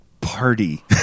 party